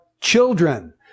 children